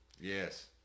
Yes